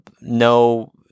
no